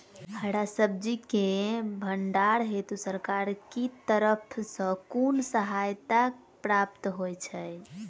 हरा सब्जी केँ भण्डारण हेतु सरकार की तरफ सँ कुन सहायता प्राप्त होइ छै?